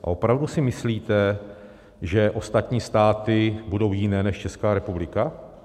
A opravdu si myslíte, že ostatní státy budou jiné než Česká republika?